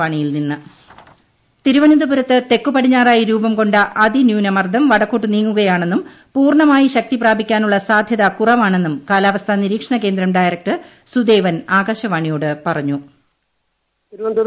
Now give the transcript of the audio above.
ടടടടടടടടടടടടടടട അതിന്യൂനമർദ്ദം തിരുവനന്തപുരത്ത് തെക്കു പടിഞ്ഞാറായി രൂപം കൊണ്ട അതിന്യൂനമർദ്ദം വടക്കോട്ട് നീങ്ങുകയാണെന്നും പൂർണ്ണമായി ശക്തി പ്രാപിക്കാനുള്ള സാധ്യത കുറവാണെന്നും കാലാവസ്ഥാ നിരീക്ഷണ കേന്ദ്രം ഡയറക്ടർ സുദേവൻ ആകാശവാണിയോട് പറഞ്ഞു